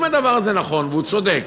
הדבר הזה נכון והוא צודק